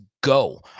go